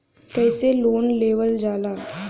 कैसे लोन लेवल जाला?